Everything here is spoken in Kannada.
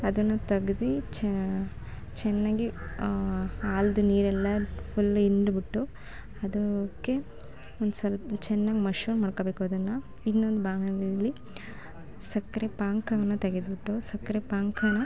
ಅದನ್ನು ತೆಗ್ದು ಚೆನ್ನಾಗಿ ಆ ಹಾಲ್ದು ನೀರೆಲ್ಲ ಫುಲ್ ಹಿಂಡ್ಬಿಟ್ಟು ಅದಕ್ಕೆ ಒಂದು ಸ್ವಲ್ಪ ಚೆನ್ನಾಗ್ ಮಾಡ್ಕೊಬೇಕು ಅದನ್ನು ಇನ್ನೊಂದು ಬಾಂಡಲಿಯಲ್ಲಿ ಸಕ್ಕರೆ ಪಾಕವನ್ನ ತೆಗೆದುಬಿಟ್ಟು ಸಕ್ಕರೆ ಪಾಕನ